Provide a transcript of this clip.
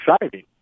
exciting